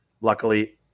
luckily